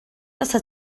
atat